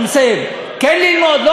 אני מסיים, כן ללמוד?